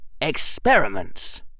experiments